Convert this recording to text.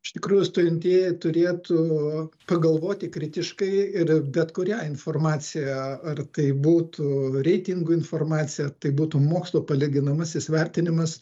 iš tikrųjų stojantieji turėtų pagalvoti kritiškai ir bet kurią informaciją ar tai būtų reitingų informacija tai būtų mokslo palyginamasis vertinimas